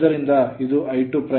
ಆದ್ದರಿಂದ ಇದು I2'